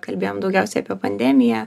kalbėjom daugiausiai apie pandemiją